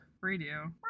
Radio